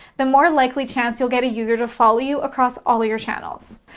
the more likely chance you'll get a user to follow you across all of your channels.